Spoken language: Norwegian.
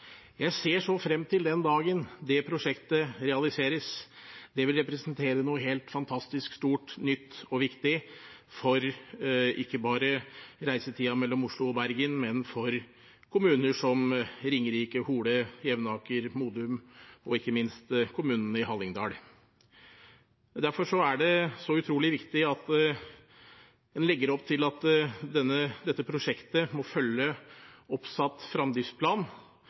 Jeg ser så frem til den dagen det prosjektet realiseres. Det vil representere noe helt fantastisk, stort, nytt og viktig – ikke bare for reisetiden mellom Oslo og Bergen, men for kommuner som Ringerike, Hole, Jevnaker, Modum og ikke minst kommunene i Hallingdal. Derfor er det så utrolig viktig at en legger opp til at dette prosjektet må følge oppsatt